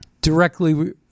directly